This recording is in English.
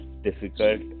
difficult